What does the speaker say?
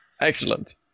Excellent